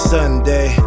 Sunday